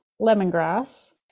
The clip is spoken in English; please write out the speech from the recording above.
lemongrass